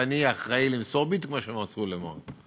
ואני אחראי למסור בדיוק מה שהם רצו לומר.